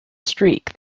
streak